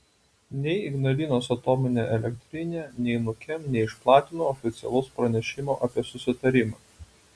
nei ignalinos atominė elektrinė nei nukem neišplatino oficialaus pranešimo apie susitarimą